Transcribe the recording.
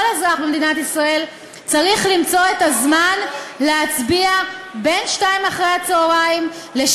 כל אזרח במדינת ישראל צריך למצוא את הזמן להצביע בין 14:00 ל-24:00.